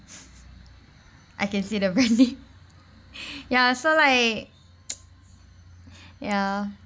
I can say the branding ya so like ya